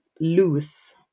loose